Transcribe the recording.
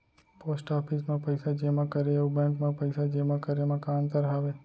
post office मा पइसा जेमा करे अऊ बैंक मा पइसा जेमा करे मा का अंतर हावे